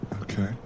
Okay